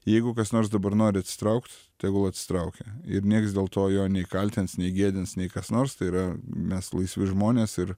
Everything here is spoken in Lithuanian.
jeigu kas nors dabar nori atsitraukt tegul atsitraukia ir nieks dėl to jo nei kaltins nei gėdins nei kas nors tai yra mes laisvi žmonės ir